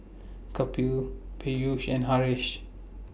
Kapil Peyush and Haresh